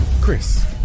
chris